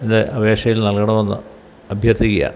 എൻ്റെ അപേക്ഷയിൽ നൽകണമെന്ന് അഭ്യർത്ഥിക്കുകയാണ്